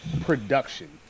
production